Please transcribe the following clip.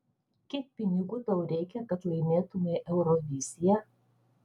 kiek pinigų tau reikia kad laimėtumei euroviziją